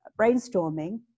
brainstorming